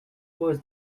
was